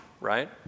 right